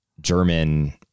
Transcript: German